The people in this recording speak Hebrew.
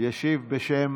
ישיב בשם